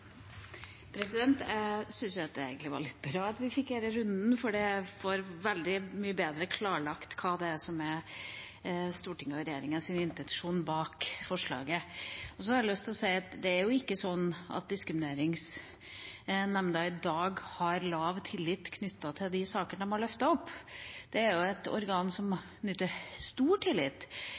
Jeg synes egentlig det var litt bra at vi fikk denne runden, for vi får klarlagt veldig mye bedre hva som er Stortingets og regjeringens intensjon bak forslaget. Jeg har lyst til å si at det ikke er sånn at Diskrimineringsnemnda i dag har lav tillit når det gjelder de sakene de har løftet opp. Det er et organ som nyter stor tillit,